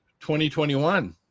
2021